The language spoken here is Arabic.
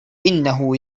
إنه